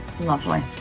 Lovely